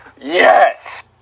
Yes